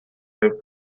her